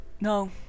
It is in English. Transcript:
No